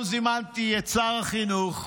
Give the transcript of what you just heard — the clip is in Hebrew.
אדוני שר החינוך,